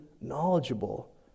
knowledgeable